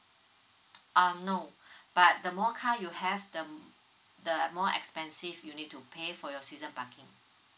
um no but the more car you have the the more expensive you need to pay for your season parking